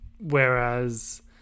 Whereas